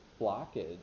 blockage